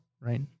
right